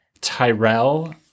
Tyrell